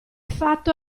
fatto